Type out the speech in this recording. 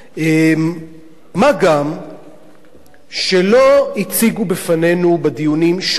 מה גם שלא הציגו בפנינו בדיונים שום סיבה,